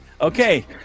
okay